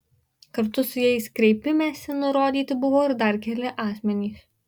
kartu su jais kreipimesi nurodyti buvo ir dar keli asmenys